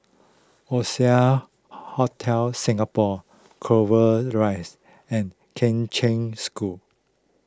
Oasia Hotel Singapore Clover Rise and Kheng Cheng School